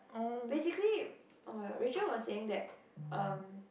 basically oh-my-god Rachel was saying that um